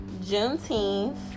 Juneteenth